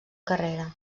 carrera